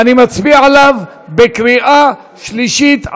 נצביע עליו בקריאה שלישית,